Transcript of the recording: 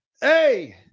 hey